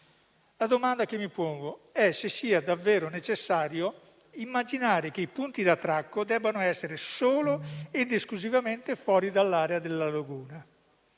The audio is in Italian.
la domanda che mi pongo è se sia davvero necessario immaginare che i punti d'attracco debbano essere solo ed esclusivamente fuori dall'area della laguna.